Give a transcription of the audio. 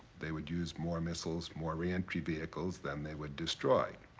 they would use more missiles, more re-entry vehicles than they would destroy.